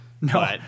No